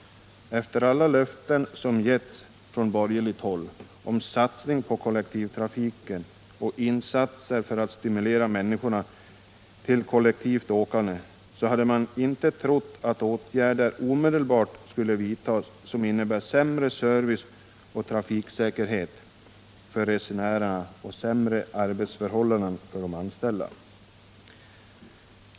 Efter alla löften som givits från borgerligt håll om satsning på kollektivtrafiken och insatser för att stimulera människorna till kollektivt åkande hade man inte trott att åtgärder omedelbart skulle vidtas, som innebär sämre service och trafiksäkerhet för resenärerna och sämre arbetsförhållanden för de anställda.